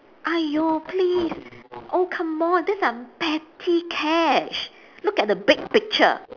!aiyo! please oh come on these are petty cash look at the big picture